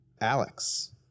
Alex